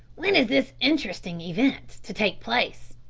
when is this interesting event to take place?